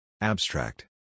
Abstract